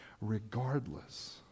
Regardless